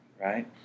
right